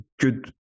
good